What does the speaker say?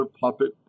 puppet